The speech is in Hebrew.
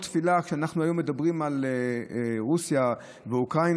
תפילה כשאנחנו היינו מדברים על רוסיה ואוקראינה.